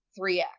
3X